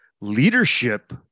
leadership